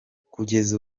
kugeza